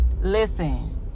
Listen